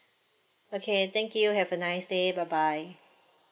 okay thank you have a nice day bye bye